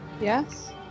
Yes